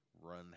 run